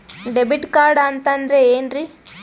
Debit card ಅಂತಂದ್ರೆ ಏನ್ರೀ?